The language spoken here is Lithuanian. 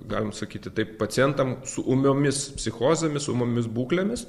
galim sakyti taip pacientam su ūmiomis psichozėmis ūmiomis būklėmis